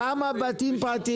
כמה בתים פרטיים